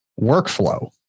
workflow